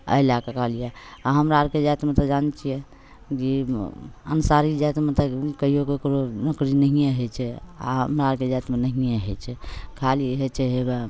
एहि लैके कहलिए आओर हमरा आओरके जातिमे जानै छिए जे अन्सारी जातिमे तऽ कहिओ ककरो नोकरी नहिए होइ छै आओर हमरा आओरके जातिमे नहिए होइ छै खाली होइ छै हेबे